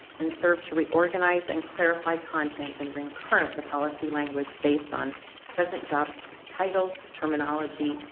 and serve to reorganize and clarify content and bring current the policy language based on present job titles, terminology,